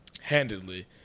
handedly